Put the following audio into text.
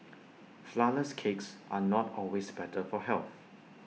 Flourless Cakes are not always better for health